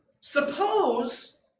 suppose